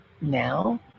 now